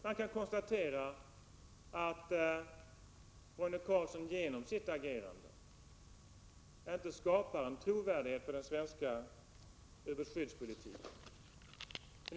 Man kan konstatera att Roine Carlsson genom sitt agerande inte skapar en trovärdighet för den svenska ubåtsskyddspolitiken.